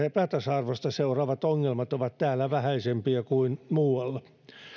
epätasa arvosta seuraavat ongelmat ovat täällä vähäisempiä kuin muualla